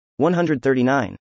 139